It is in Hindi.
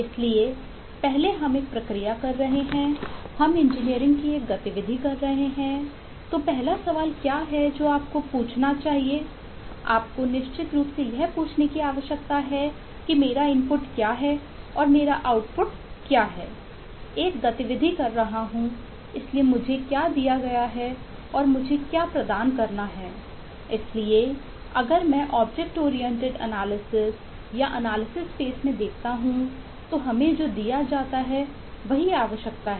इसलिए पहले हम एक प्रक्रिया कर रहे हैं हम इंजीनियरिंग में देखता हूं तो हमें जो दिया जाता है वही आवश्यकता है